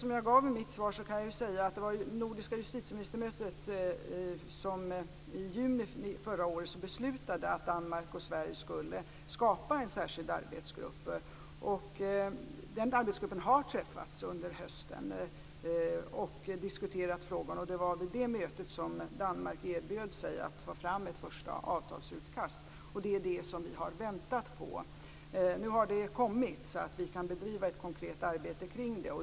Som tillägg till mitt svar kan jag säga att det var det nordiska justitieministermötet som i juni förra året beslutade att Danmark och Sverige skulle skapa en särskild arbetsgrupp. Den arbetsgruppen har träffats under hösten och diskuterat frågan. Det var vid det mötet som Danmark erbjöd sig att ta fram ett första avtalsutkast, och det är detta som vi har väntat på. Nu har det kommit så att vi kan bedriva ett konkret arbete kring det.